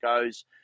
goes